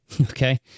Okay